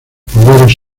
poderes